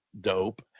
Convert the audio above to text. dope